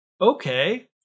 okay